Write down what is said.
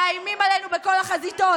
חבר הכנסת כהן, אתה מפריע לחברתך מהקואליציה.